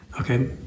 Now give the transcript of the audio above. okay